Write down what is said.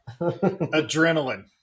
Adrenaline